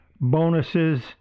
bonuses